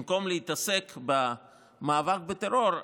במקום להתעסק במאבק בטרור,